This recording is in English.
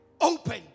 open